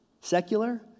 secular